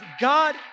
God